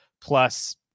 plus